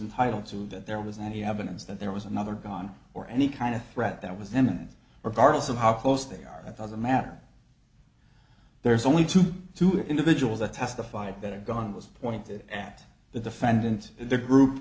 entitle to that there was any evidence that there was another gun or any kind of threat that was then and regardless of how close they are that doesn't matter there's only two two individuals that testified that a gun was pointed at the defendant the group